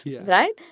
right